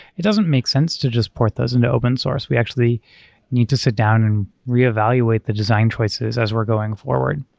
it doesn't make sense to just port those into open source. we actually need to sit down and reevaluate the design choices as we're going forward.